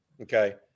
Okay